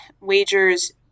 wagers